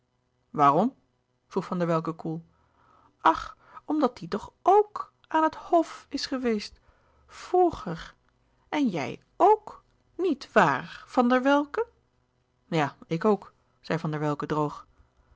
waarom vroeg van der welcke koel ach omdat die toch o o k aan het hf is geweest v r o e g e r en jij ok niet waar van der welcke ja ik ook zei van der welcke droog